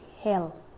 hell